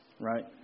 right